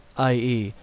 i e,